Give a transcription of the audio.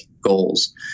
goals